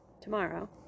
Tomorrow